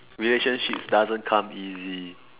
relationships doesn't come easy